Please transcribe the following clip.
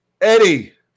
Eddie